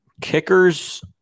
kickers